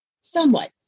Somewhat